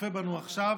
שצופה בנו עכשיו.